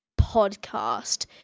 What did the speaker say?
podcast